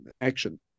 action